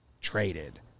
traded